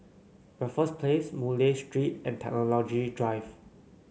Raffles Place Murray Street and Technology Drive